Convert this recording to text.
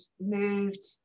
moved